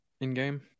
in-game